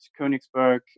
Königsberg